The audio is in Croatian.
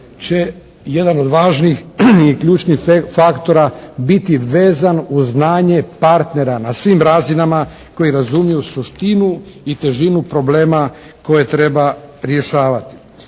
će jedan od važnih i ključnih faktora biti vezan uz znanje partnera na svim razinama koji razumiju suštinu i težinu problema koje treba rješavati.